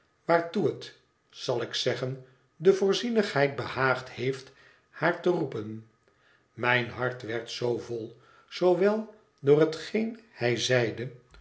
waartoe het zal ik zeggen de voorzienigheid behaagd heeft haar te roepen mijn hart werd zoo vol zoowel door hetgeen hij zeide